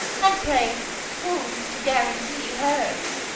and pray who is to guarantee hers?